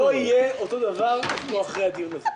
--- בחוץ לא יהיה אותו דבר כמו אחרי הדיון הזה.